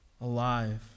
alive